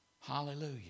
Hallelujah